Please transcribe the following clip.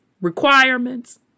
requirements